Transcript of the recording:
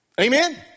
Amen